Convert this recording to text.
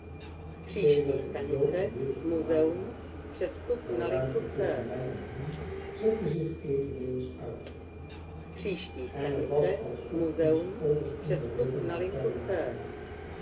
sedert ik jo en biddy verlaten had de ruimte tusschen mij en hen zette zich eveneens uit en het was alsof onze polders onberekenbaar ver lagen